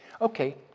Okay